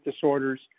disorders